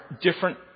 different